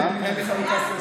אין לי חלוקת קשב.